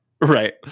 Right